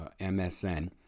MSN